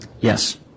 Yes